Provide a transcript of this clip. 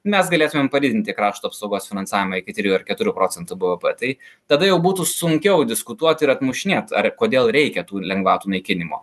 mes galėtumėm padidinti krašto apsaugos finansavimą iki trijų ar keturių procentų bvp tai tada jau būtų sunkiau diskutuot ir atmušinėt ar kodėl reikia tų lengvatų naikinimo